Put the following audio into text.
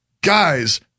Guys